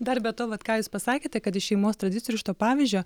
dar be to vat ką jūs pasakėte kad iš šeimos tradicijų ir iš to pavyzdžio